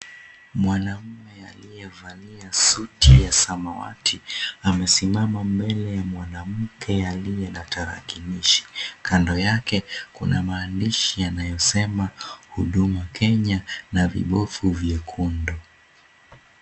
Mwanaume aliyevalia suti ya samawati, amesimama mbele ya mwanamke aliye na tarakilishi. Kando yake kuna maandishi yanayosema, Huduma Kenya na vibofu vyekundu.